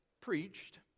preached